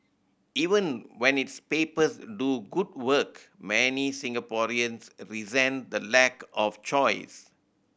even when its papers do good work many Singaporeans resent the lack of choice